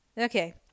Okay